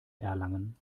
erlangen